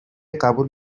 قبول